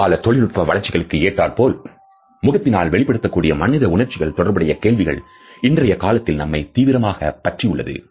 தற்கால தொழில்நுட்ப வளர்ச்சிகளுக்கு ஏற்றாற்போல முகத்தினால் வெளிப்படுத்தக்கூடிய மனித உணர்ச்சிகள் தொடர்புடைய கேள்விகள் இன்றைய காலத்தில் நம்மைத் தீவிரமாக பற்றி உள்ளது